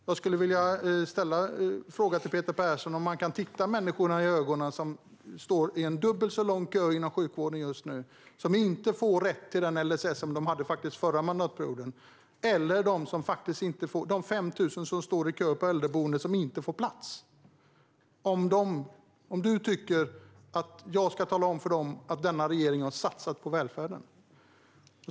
Jag vill fråga Peter Persson om han kan titta de människor i ögonen som just nu står i dubbelt så lång kö inom sjukvården eller som inte får rätt till den LSS som de hade förra mandatperioden eller de 5 000 som står i kö för äldreboende men som inte får plats. Tycker du att jag ska tala om för dem att denna regering har satsat på välfärden?